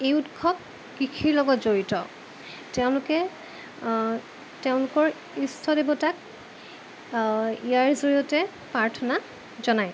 এই উৎসৱ কৃষিৰ লগত জড়িত তেওঁলোকে তেওঁলোকৰ ঈশ্বৰ দেৱতাক ইয়াৰ জৰিয়তে প্ৰাৰ্থনা জনায়